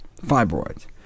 fibroids